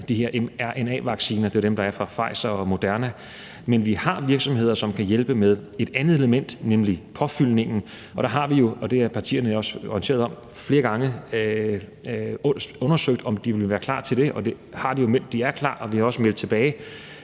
de her mRNA-vacciner – det er dem, der er fra Pfizer-BioNTech og Moderna. Men vi har virksomheder, som kan hjælpe med et andet element, nemlig påfyldningen, og der har vi jo – og det er partierne også orienteret om – flere gange undersøgt, om de vil være klar til det. De har meldt, at de er klar, og vi har også meldt tilbage